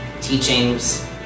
teachings